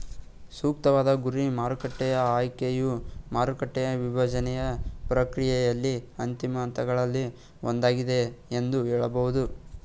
ಸೂಕ್ತವಾದ ಗುರಿ ಮಾರುಕಟ್ಟೆಯ ಆಯ್ಕೆಯು ಮಾರುಕಟ್ಟೆಯ ವಿಭಜ್ನೆಯ ಪ್ರಕ್ರಿಯೆಯಲ್ಲಿ ಅಂತಿಮ ಹಂತಗಳಲ್ಲಿ ಒಂದಾಗಿದೆ ಎಂದು ಹೇಳಬಹುದು